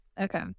Okay